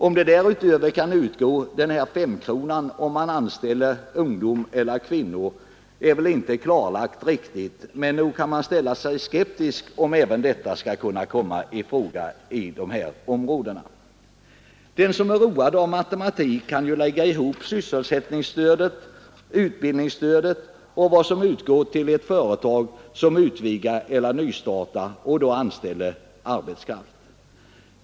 Om därutöver kan utgå den s.k. femkronan när det är fråga om anställning av ungdomar eller kvinnor är väl inte riktigt klarlagt, men nog kan man ställa sig skeptisk till om även det stödet skall komma i fråga i dessa områden. Den som är road av matematik kan lägga ihop sysselsättningsstödet, utbildningsstödet och vad som utgår till ett företag som utvidgar eller nystartar och då anställer arbetskraft.